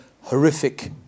horrific